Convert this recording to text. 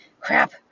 crap